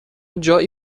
جایی